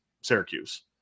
Syracuse